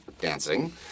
dancing